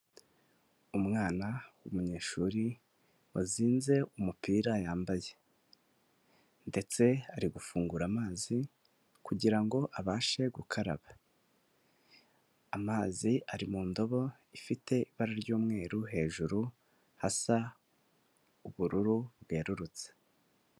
Umwana w'umunyeshuri wazinze umupira yambaye ndetse ari gufungura amazi kugirango abashe gukaraba, amazi ari mu ndobo ifite ibara ry'umweru, hejuru hasa ubururu bwerurutse.